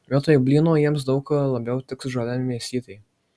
vietoj blyno jiems daug labiau tiks žalia mėsytė